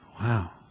Wow